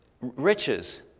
riches